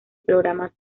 programas